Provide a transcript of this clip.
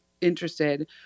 interested